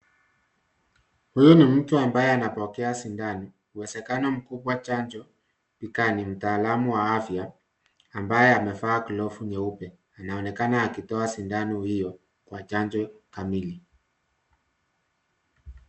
Huyu ni mtu ambaye anapokea sindano uwezekano mkubwa chanjo mtaalamu wa afya ambaye amevaa glovu nyeupe inaonekana akitoa sindano hiyo Kwa chanjo kamili